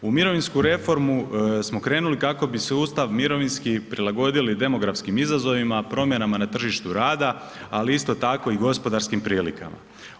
U mirovinsku reformu smo krenuli kako bi sustav mirovinski prilagodili demografskim izazovima, promjenama na tržištu rada, ali isto tako i gospodarskim prilikama.